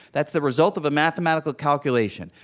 that's the result of a mathematical calculation.